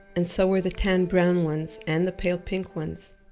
and so were the tan brown ones and the pale pink ones.